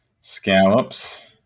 scallops